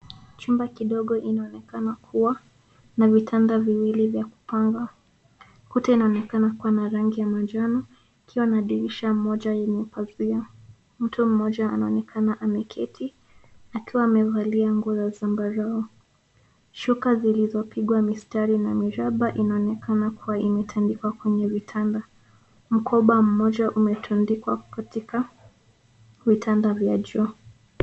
Chumba kidogo inaonekana kuwa na vitanda viwili vya kupanga. Kuta inaonekana kuwa na rangi ya manjano ikiwa na dirisha moja yenye pazia. Mtu mmoja anaonekana ameketi akiwa amevalia nguo ya zambarau. Shuka zilizopigwa mistari na miraba inaonekana kuwa imetandikwa kwenye vitanda. Mkoba mmoja umetundikwa katika vitanda vya juu.